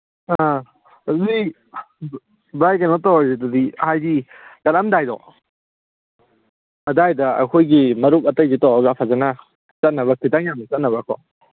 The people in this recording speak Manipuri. ꯑꯥ ꯑꯗꯨꯗꯤ ꯚꯥꯏ ꯀꯩꯅꯣ ꯇꯧꯔꯁꯤ ꯑꯗꯨꯗꯤ ꯍꯥꯏꯗꯤ ꯆꯠꯂꯝꯗꯥꯏꯗꯣ ꯑꯗꯥꯏꯗ ꯑꯩꯈꯣꯏꯒꯤꯃꯔꯨꯞ ꯑꯇꯩꯁꯨ ꯇꯧꯔꯒ ꯐꯖꯅ ꯆꯠꯅꯕ ꯈꯤꯇꯪ ꯌꯥꯝ ꯆꯠꯅꯕꯀꯣ